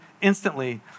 instantly